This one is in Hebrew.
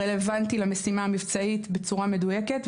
רלוונטי למשימה המבצעית בצורה מדויקת.